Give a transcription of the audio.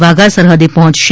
વાઘા સરહદે પહોંચશે